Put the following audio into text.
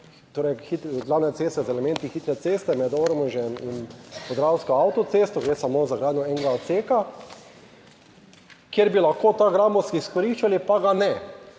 tri glavne ceste z elementi hitre ceste med Ormožem in podravsko avtocesto, gre samo za gradnjo enega odseka, kjer bi lahko ta gramoz izkoriščali pa ga ne,